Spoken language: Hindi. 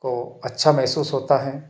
को अच्छा महसूस होता है